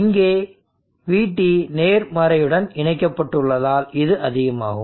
இங்கே VT நேர்மறையுடன் இணைக்கப்பட்டுள்ளதால் இது அதிகமாகும்